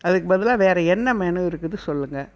அதுக்கு பதிலாக வேற என்ன மெனு இருக்குது சொல்லுங்கள்